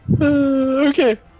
Okay